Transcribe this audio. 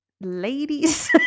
ladies